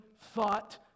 thought